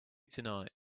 tonight